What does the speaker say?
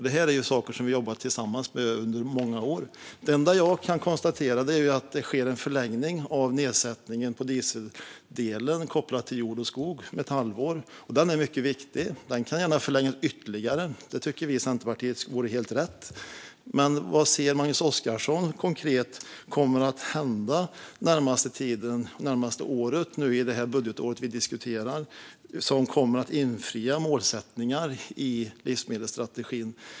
Det är ju saker som vi har jobbat tillsammans med under många år. Det enda jag kan konstatera är att det sker en förlängning med ett halvår av nedsättningen av dieseldelen kopplad till jord och skog. Den är mycket viktig. Den kan gärna förlängas ytterligare - det tycker vi i Centerpartiet vore helt rätt. Men vad ser Magnus Oscarsson konkret kommer att hända under den närmaste tiden, under det budgetår som vi diskuterar, som kommer att göra att målsättningarna i livsmedelsstrategin infrias?